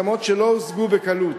הסכמות שלא הושגו בקלות.